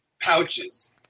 pouches